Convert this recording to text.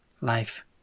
Life